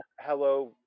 hello